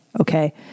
Okay